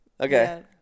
Okay